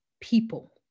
people